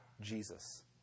Jesus